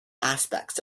aspects